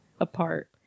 apart